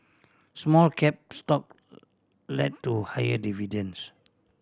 small cap stock lend to higher dividends